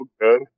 good